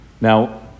Now